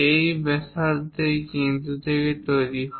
এই ব্যাসার্ধ এই কেন্দ্র থেকে তৈরি করা হয়